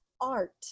art